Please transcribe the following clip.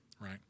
right